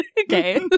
Okay